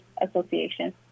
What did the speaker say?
Association